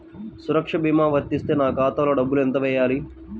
సురక్ష భీమా వర్తిస్తే నా ఖాతాలో డబ్బులు ఎంత వేయాలి?